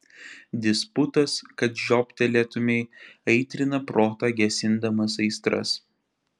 disputas kad žioptelėtumei aitrina protą gesindamas aistras